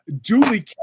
duly